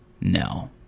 No